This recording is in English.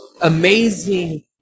amazing